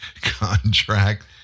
contract